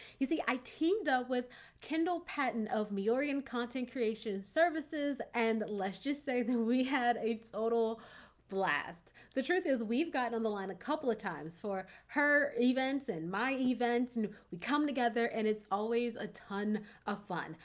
you see, i teamed up with kendall patton of miorgan content creation services and let's just say that we had a total blast. the truth is, we've gotten on the line a couple of times for her events and my events. and we come together and it's always a ton of fun.